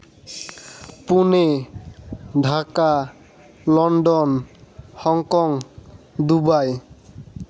Pune Dhaka London Hong Kong Dubai